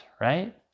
right